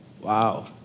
Wow